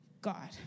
God